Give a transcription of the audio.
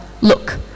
look